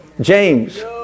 James